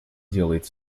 делает